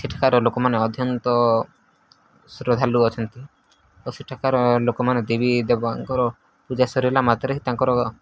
ସେଠାକାର ଲୋକମାନେ ଅତ୍ୟନ୍ତ ଶ୍ରଦ୍ଧାଳୁ ଅଛନ୍ତି ଓ ସେଠାକାର ଲୋକମାନେ ଦେବୀ ଦେବାଙ୍କର ପୂଜା ସରିଲା ମାତ୍ରାରେ ହି ତାଙ୍କର